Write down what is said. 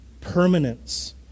Permanence